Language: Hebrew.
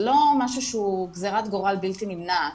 זה לא משהו שהוא גזירת גורל בלתי נמנעת.